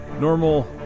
normal